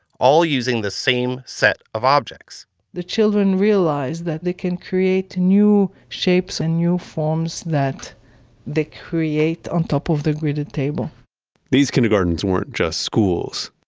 all using the same set of objects the children realized that they can create new shapes and new forms that they create on top of the grid table these kindergartens weren't just schools.